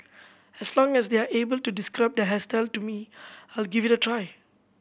as long as they are able to describe the hairstyle to me I will give it a try